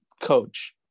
coach